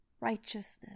righteousness